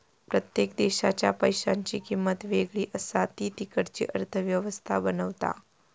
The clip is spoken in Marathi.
प्रत्येक देशाच्या पैशांची किंमत वेगळी असा ती तिकडची अर्थ व्यवस्था बनवता